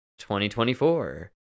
2024